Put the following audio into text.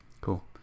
Cool